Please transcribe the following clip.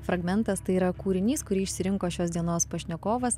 fragmentas tai yra kūrinys kurį išsirinko šios dienos pašnekovas